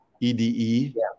e-d-e